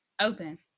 Open